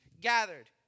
gathered